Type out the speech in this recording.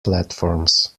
platforms